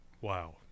Wow